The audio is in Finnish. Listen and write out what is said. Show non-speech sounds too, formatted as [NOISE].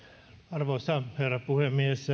arvoisa herra puhemies [UNINTELLIGIBLE]